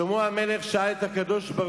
שלמה המלך שאל את הקדוש-ברוך-הוא: